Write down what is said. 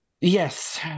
Yes